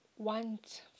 Want